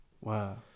Wow